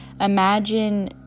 imagine